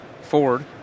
Ford